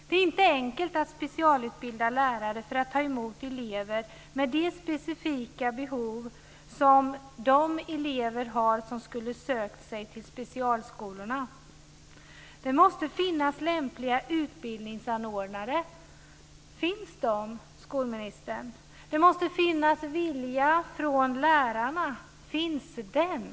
Det är inte enkelt att specialutbilda lärare för att ta emot elever med de specifika behov som de elever har som skulle ha sökt sig till specialskolorna. Det måste finnas lämpliga utbildningsanordnare. Finns de, skolministern? Det måste finnas en vilja från lärarna. Finns den?